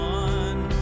one